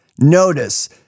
Notice